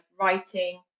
writing